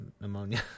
pneumonia